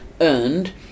earned